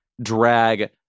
drag